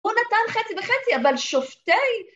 ‫הוא נתן חצי בחצי, אבל שופטי